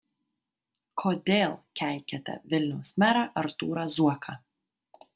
kodėl keikiate vilniaus merą artūrą zuoką